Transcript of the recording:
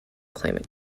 climate